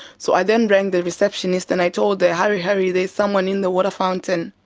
so i then rang the receptionist and i told them, hurry, hurry, there's someone in the water fountain.